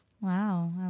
Wow